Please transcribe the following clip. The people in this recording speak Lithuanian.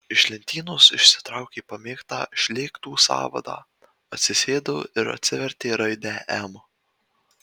iš lentynos išsitraukė pamėgtą šlėktų sąvadą atsisėdo ir atsivertė raidę m